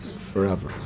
forever